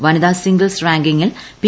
വ്വനിതാ singles റാങ്കിങിൽ P